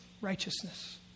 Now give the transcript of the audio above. righteousness